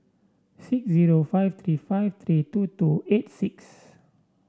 six zero five three five three two two eight six